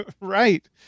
Right